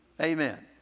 Amen